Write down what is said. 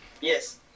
Yes